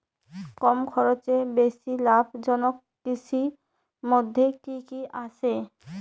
কম খরচে বেশি লাভজনক কৃষির মইধ্যে কি কি আসে?